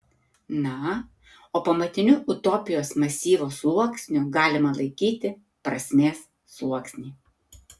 na o pamatiniu utopijos masyvo sluoksniu galima laikyti prasmės sluoksnį